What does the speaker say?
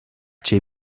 cię